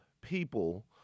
people